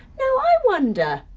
now i wonder,